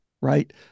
right